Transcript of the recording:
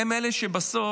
הם אלה שבסוף